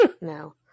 no